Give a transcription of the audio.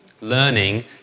Learning